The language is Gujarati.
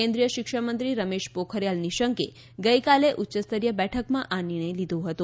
કેન્દ્રીય શિક્ષણમંત્રી રમેશ પોખરીયાલ નિશંકે ગઈકાલે ઉચ્યસ્તરીય બેઠકમાં આ નિર્ણય લીધો હતો